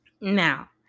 Now